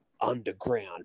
underground